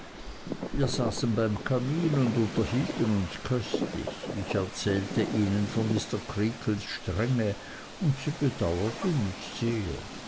wir saßen beim kamin und unterhielten uns köstlich ich erzählte ihnen von mr creakles strenge und sie bedauerten mich sehr